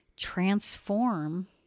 Transform